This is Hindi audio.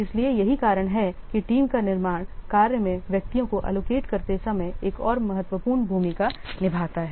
इसलिए यही कारण है कि टीम का निर्माण कार्य में व्यक्तियों को एलोकेट करते समय एक और महत्वपूर्ण भूमिका निभाता है